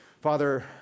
Father